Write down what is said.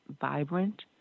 vibrant